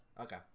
Okay